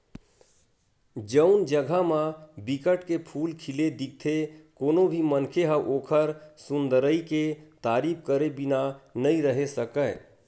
जउन जघा म बिकट के फूल खिले दिखथे कोनो भी मनखे ह ओखर सुंदरई के तारीफ करे बिना नइ रहें सकय